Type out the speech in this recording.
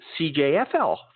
CJFL